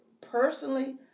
Personally